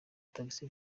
taxi